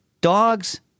dogs –